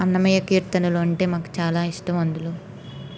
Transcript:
అన్నమయ్య కీర్తనలు అంటే మాకు చాలా ఇష్టం అందులో